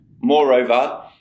Moreover